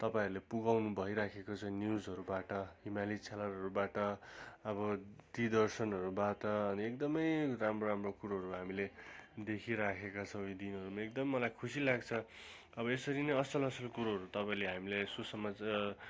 तपाईँहरूले पुगाउनु भइराखेको छ न्युजहरूबाट हिमाली च्यानलहरूबाट अब टी दर्शनहरूबाट अनि एकदमै राम्रो राम्रो कुरोहरू हामीले देखिराखेका छौँ यी दिनहरूमा एकदम मलाई खुसी लाग्छ अब यसरी नै असल असल कुरोहरू तपाईँले हामीलाई सुसमाचार